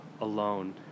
alone